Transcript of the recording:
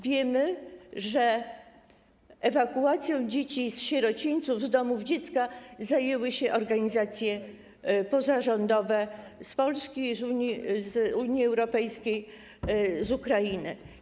Wiemy, że ewakuacją dzieci z sierocińców, z domów dziecka zajęły się organizacje pozarządowe z Polski, z Unii Europejskiej, z Ukrainy.